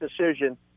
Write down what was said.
decision